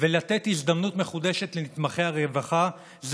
ולתת הזדמנות מחודשת לנתמכי הרווחה היא